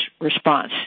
response